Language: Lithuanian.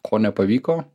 ko nepavyko